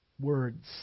words